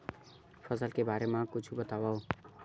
फसल के बारे मा कुछु बतावव